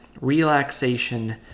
relaxation